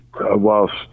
whilst